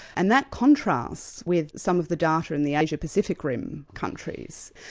and that contrasts with some of the data in the asia pacific rim countries.